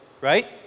right